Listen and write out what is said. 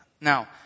Now